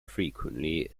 frequently